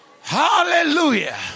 Hallelujah